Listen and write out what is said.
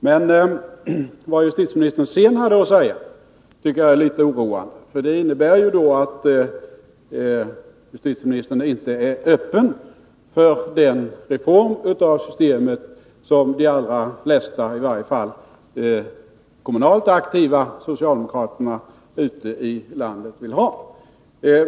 Men vad justitieministern sedan hade att säga tycker jag är oroande, för det innebär att justitieministern inte är öppen för den reform av systemet som de allra flesta, inkl. de kommunalt aktiva, socialdemokraterna ute i landet vill ha.